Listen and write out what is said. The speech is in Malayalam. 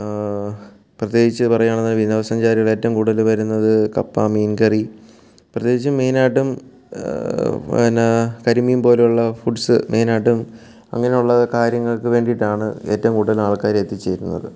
പ്രത്യേകിച്ച് പറയുവാണെങ്കിൽ വിനോദ സഞ്ചാരികൾ ഏറ്റവും കൂടുതൽ വരുന്നത് കപ്പ മീൻ കറി പ്രത്യേകിച്ച് മെയിൻ ആയിട്ടും പിന്നെ കരിമീൻ പോലെയുള്ള ഫുഡ്സ് മെയിൻ ആയിട്ടും അങ്ങനെയുള്ള കാര്യങ്ങൾക്ക് വേണ്ടിയിട്ടാണ് ഏറ്റവും കൂടുതൽ ആൾക്കാർ എത്തിച്ചേരുന്നത്